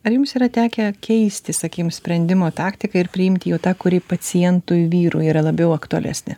ar jums yra tekę keisti sakykim sprendimo taktiką ir priimti jau tą kuri pacientui vyrų yra labiau aktualesnė